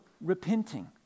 repenting